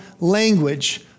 language